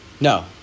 No